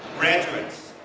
graduates,